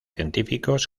científicos